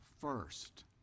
first